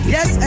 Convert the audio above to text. Yes